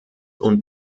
und